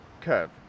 curve